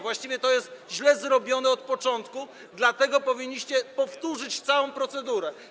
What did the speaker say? Właściwie to jest źle zrobione od początku, dlatego powinniście powtórzyć całą procedurę.